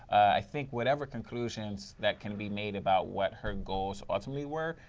i think whatever conclusions that can be made about what her goals ultimately were,